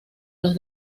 los